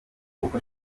uko